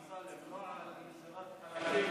הוא דיבר על שוויון, אמסלם, לא על מסירת חלקים